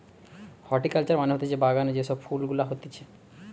horticulture মানে হতিছে বাগানে যে সব ফুল গুলা হতিছে